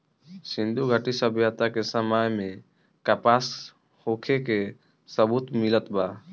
सिंधुघाटी सभ्यता के समय में कपास के होखे के सबूत मिलल बा